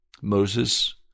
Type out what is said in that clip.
Moses